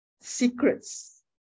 secrets